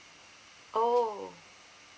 oh